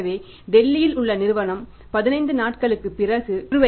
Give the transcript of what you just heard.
எனவே டெல்லியில் உள்ள நிறுவனம் 15 நாட்களுக்குப் பிறகு பற்று